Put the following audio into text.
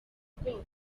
bwoko